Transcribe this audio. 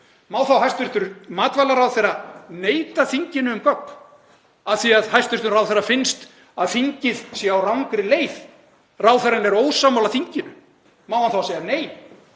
má þá hæstv. matvælaráðherra neita þinginu um gögn af því að hæstv. ráðherra finnst að þingið sé á rangri leið? Ráðherrann er ósammála þinginu, má hann þá segja nei?